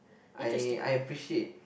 I I appreciate